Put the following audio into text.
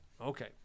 Okay